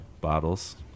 bottles